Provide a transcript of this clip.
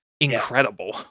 incredible